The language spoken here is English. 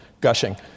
gushing